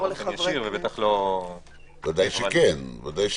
בוודאי שכן.